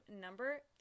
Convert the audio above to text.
number